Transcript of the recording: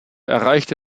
erreichte